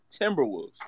Timberwolves